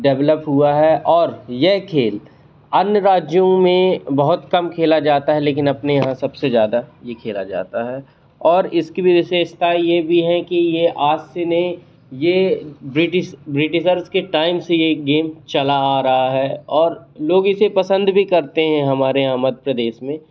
develop हुआ है और यह खेल अन्य राज्यों में बहुत कम खेला जाता है लेकिन अपने यहाँ सबसे ज़्यादा यह खेला जाता है और इसकी विशेषता यह भी है कि यह आज से नहीं यह ब्रिटिश ब्रिटिशर्स के टाइम से यह गेम चला आ रहा है और लोग इसे पसंद भी करते हैं हमारे यहाँ मध्य प्रदेश में